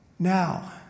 Now